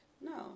no